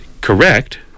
correct